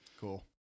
cool